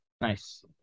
Nice